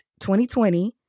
2020